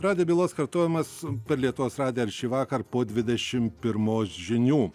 radijo bylos kartojimas per lietuvos radiją ir šįvakar po dvidešim pirmos žinių